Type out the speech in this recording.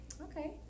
Okay